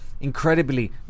incredibly